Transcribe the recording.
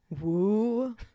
woo